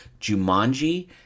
Jumanji